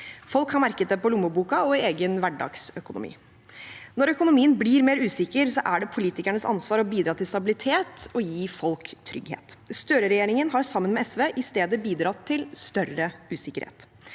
Folk har merket det på lommeboka og i egen hverdagsøkonomi. Når økonomien blir mer usikker, er det politikernes ansvar å bidra til stabilitet og gi folk trygghet. Støre-regjeringen har sammen med SV i stedet bidratt til større usikkerhet.